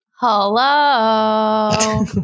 Hello